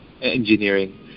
engineering